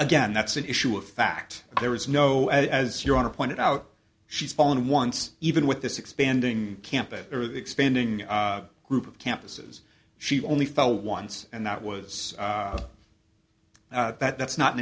again that's an issue of fact there is no as your honor pointed out she's fallen once even with this expanding campaign expanding group of campuses she only fell once and that was that that's not an